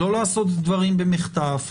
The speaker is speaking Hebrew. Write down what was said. לא לעשות דברים במחטף,